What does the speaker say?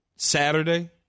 Saturday